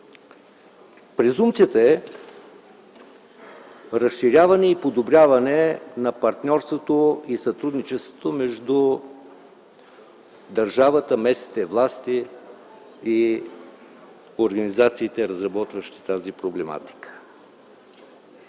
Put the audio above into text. Презумпцията е разширяване и подобряване на партньорството и сътрудничеството между държавата, местните власти и организациите, разработващи тази проблематика,